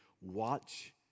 watch